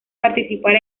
participar